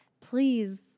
please